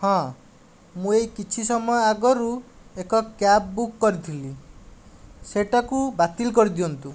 ହଁ ମୁଁ ଏହି କିଛି ସମୟ ଆଗରୁ ଏକ କ୍ୟାବ୍ ବୁକ୍ କରିଥିଲି ସେଇଟାକୁ ବାତିଲ୍ କରିଦିଅନ୍ତୁ